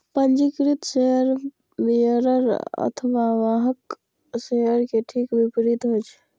पंजीकृत share bearer अथवा वाहक शेयर के ठीक विपरीत होइ छै